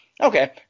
Okay